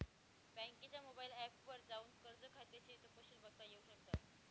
बँकेच्या mobile app वर जाऊन कर्ज खात्याचे तपशिल बघता येऊ शकतात